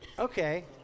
Okay